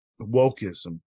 wokeism